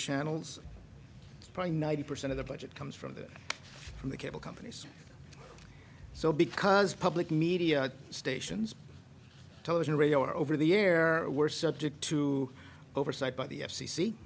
channels probably ninety percent of the budget comes from the from the cable companies so because public media stations television radio or over the air were subject to oversight b